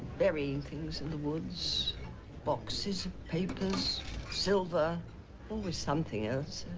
burying things in the woods boxes of papers silver always something else.